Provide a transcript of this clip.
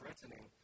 threatening